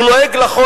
הוא לועג לחוק,